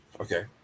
Okay